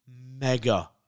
mega